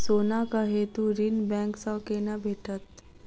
सोनाक हेतु ऋण बैंक सँ केना भेटत?